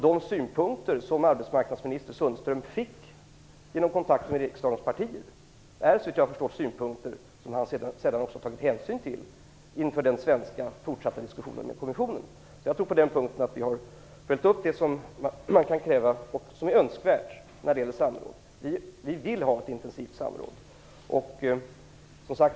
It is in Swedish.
De synpunkter som arbetsmarknadsminister Sundström fick vid kontakter med riksdagens partier är, såvitt jag förstår, synpunkter som han sedan har tagit hänsyn till inför den svenska fortsatta diskussionen med kommissionen. Jag tror att vi har på den punkten följt upp det som kan krävas och är önskvärt i fråga om samråd. Vi vill ha ett intensivt samråd.